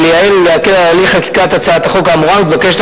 כדי לייעל ולהקל את הליך חקיקת הצעת החוק האמורה מתבקשת